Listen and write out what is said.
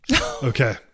Okay